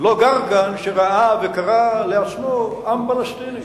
לא גר כאן שקרא לעצמו עם פלסטיני.